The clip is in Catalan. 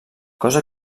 cosa